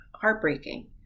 heartbreaking